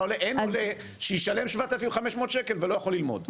אין עולה שישלם 7,500 שקל ולא יכול ללמוד.